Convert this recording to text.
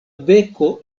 beko